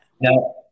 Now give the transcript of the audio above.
Now